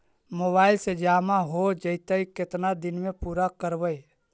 Mobile से जामा हो जैतय, केतना दिन में पुरा करबैय?